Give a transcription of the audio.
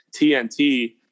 TNT